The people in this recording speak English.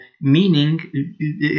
meaning